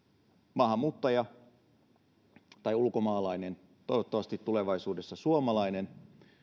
maahanmuuttaja tai ulkomaalainen toivottavasti tulevaisuudessa suomalainen